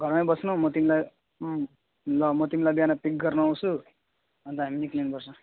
घरमै बस्नु म तिमीलाई ल म तिमीलाई बिहान पिक गर्नु आउँछु अन्त हामी निस्किनुपर्छ